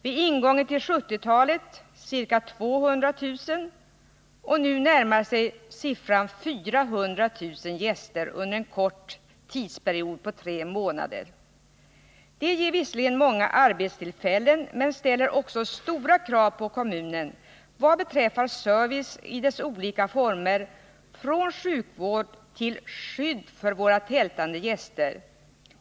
Vid ingången till 1970-talet var antalet sommargäster ca 200 000, och nu närmar sig siffran 400 000. Detta att Gotland är ett turistcentrum ger visserligen många arbetstillfällen men ställer också stora krav på kommunen vad beträffar service i dess olika former från sjukvård till skydd för våra tältande gäster.